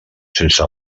sense